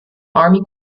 army